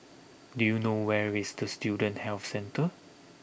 do you know where is the Student Health Centre